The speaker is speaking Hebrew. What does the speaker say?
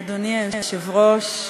אדוני היושב-ראש,